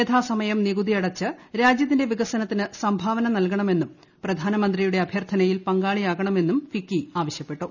യഥാസമയം നികുതി അടച്ച് രാജ്യത്തിന്റെ വികസനത്തിന് സംഭാവന നൽകണമെന്നും പ്രധാനമന്തിയുടെ അഭ്യർത്ഥനയിൽ പങ്കാളിയാകണമെന്നും ഫിക്കി ആവശ്യപ്പെട്ടു